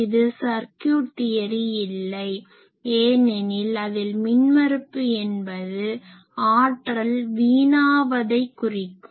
இது circuit theory இல்லை ஏனெனில் அதில் மின்மறுப்பு என்பது ஆற்றல் வீணாவதை குறிக்கும்